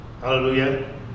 Hallelujah